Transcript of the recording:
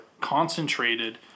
concentrated